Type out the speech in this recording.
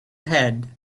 head